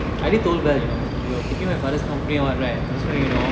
I already told belle you know you are taking my father's company all right so you know